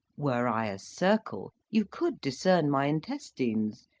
were i a circle, you could discern my intestines,